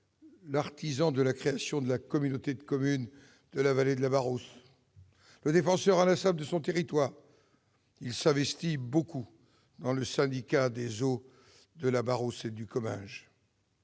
l'artisan de la création de la communauté de communes de la vallée de la Barousse. Le défenseur inlassable de son territoire qu'il était s'investit aussi fortement dans le syndicat des eaux de la Barousse et du Comminges.